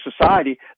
society